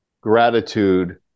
gratitude